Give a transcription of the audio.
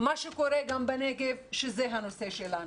מה שקורה גם בנגב, שזה הנושא שלנו.